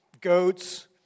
goats